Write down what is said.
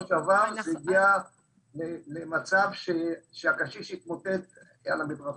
שעבר שהגיע למצב שהקשיש התמוטט על המדרכה.